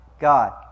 God